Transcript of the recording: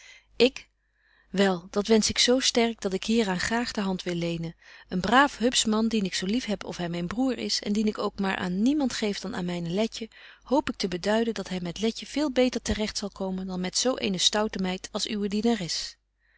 ik wel dat wensch ik zo sterk dat ik hier aan graag de hand wil lenen een braaf hupsch man dien ik zo lief heb of hy myn broêr is en dien ik ook maar aan niemand geef dan aan myne letje hoop ik te beduiden dat hy met letje veel beter te regt zal komen dan met zo eene stoute meid als uwe dienares